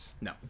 No